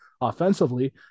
offensively